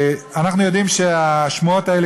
אנחנו יודעים שהשמועות האלה,